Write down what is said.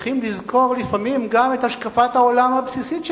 צריכים לזכור לפעמים גם את השקפת העולם הבסיסית שלהם.